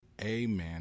Amen